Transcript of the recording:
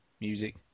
music